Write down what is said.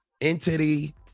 entity